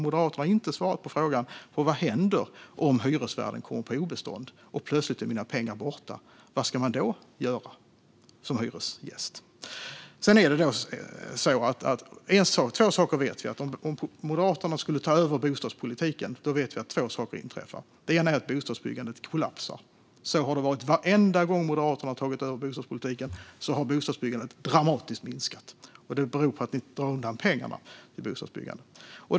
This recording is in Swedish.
Moderaterna har inte svarat på frågan: Vad händer om hyresvärden kommer på obestånd och pengarna plötsligt är borta? Vad ska man då göra som hyresgäst? Om Moderaterna skulle ta över bostadspolitiken vet vi att två saker skulle inträffa. Den ena saken är att bostadsbyggandet skulle kollapsa. Så har det varit varenda gång Moderaterna har tagit över bostadspolitiken. Då har bostadsbyggandet dramatiskt minskat. Det beror på att man drar undan pengarna till bostadsbyggandet.